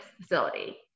facility